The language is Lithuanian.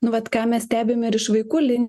nu vat ką mes stebim ir iš vaikų lin